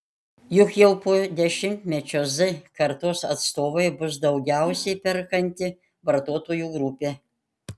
juk jau po dešimtmečio z kartos atstovai bus daugiausiai perkanti vartotojų grupė